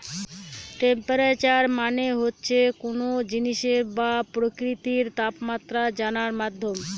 temperature মানে হচ্ছে কোনো জিনিসের বা প্রকৃতির তাপমাত্রা জানার মাধ্যম